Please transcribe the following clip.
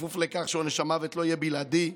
בכפוף לכך שעונש המוות לא יהיה בלעדי,